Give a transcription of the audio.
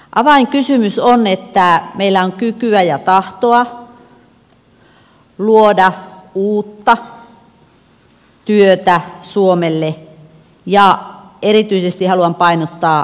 avainkysymys on että meillä on kykyä ja tahtoa luoda uutta työtä suomelle ja erityisesti haluan painottaa koko maahan